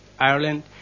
Ireland